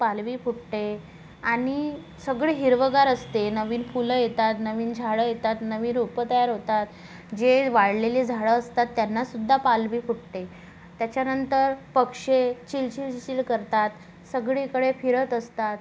पालवी फुटते आणि सगळी हिरवंगार असते नवीन फुलं येतात नवीन झाडं येतात नवी रोपं तयार होतात जे वाळलेले झाडं असतात त्यांनासुद्धा पालवी फुटते त्याच्यानंतर पक्षी चिल चिल चिल करतात सगळीकळे फिरत असतात